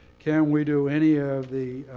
can we do any of the